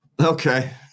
Okay